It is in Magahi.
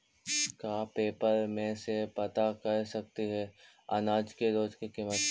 का पेपर में से पता कर सकती है अनाज के रोज के किमत?